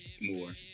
more